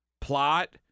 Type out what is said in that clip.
plot